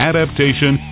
Adaptation